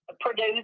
produce